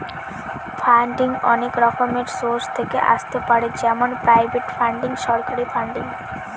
funding অনেক রকমের source থেকে আসতে পারে যেমন প্রাইভেট ফান্ডিং, সরকারি ফান্ডিং